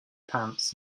pants